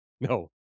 No